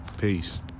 peace